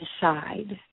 decide